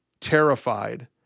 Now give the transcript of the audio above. terrified